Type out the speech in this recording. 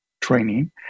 training